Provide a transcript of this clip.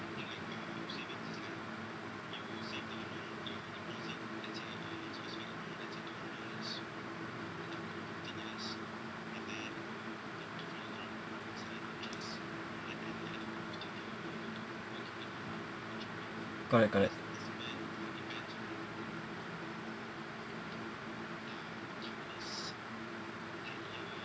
correct correct